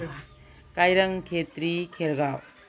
ꯀꯥꯏꯔꯪ ꯈꯦꯇ꯭ꯔꯤ ꯈꯦꯔꯒꯥꯎ